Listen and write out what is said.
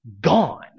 gone